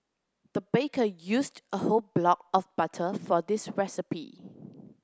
the baker used a whole block of butter for this recipe